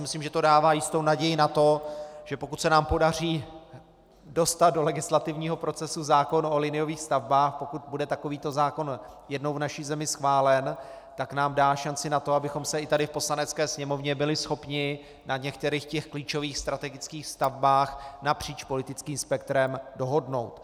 Myslím, že to dává jistou naději na to, že pokud se nám podaří dostat do legislativního procesu zákon o liniových stavbách, pokud bude takovýto zákon jednou v naší zemi schválen, tak nám dá šanci na to, abychom se i tady v Poslanecké sněmovně byli schopni na některých klíčových strategických stavbách napříč politickým spektrem dohodnout.